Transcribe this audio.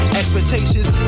expectations